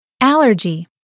Allergy